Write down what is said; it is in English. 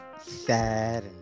Sad